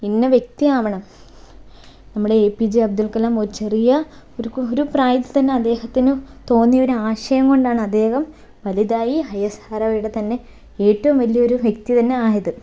ഇന്ന വ്യക്തി ആവണം നമ്മുടെ A P J Abdul Kalam ഒരു ചെറിയ ഒരു പ്രായത്തിൽ തന്നെ അദ്ദേഹത്തിന് തോന്നിയ ഒരു ആശയം കൊണ്ടാണ് അദ്ദേഹം വലുതായി ഐ എസ് ആർ ഒയുടെ തന്നെ ഏറ്റവും വലിയ ഒരു വ്യക്തി തന്നെ ആയത്